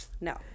No